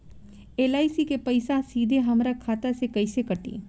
LIC के पईसा सीधे हमरा खाता से कइसे कटी?